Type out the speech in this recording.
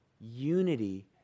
unity